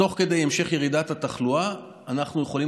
תוך כדי המשך ירידת התחלואה אנחנו יכולים